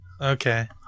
Okay